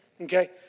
okay